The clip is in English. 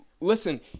Listen